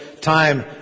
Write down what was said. time